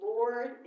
Lord